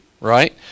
right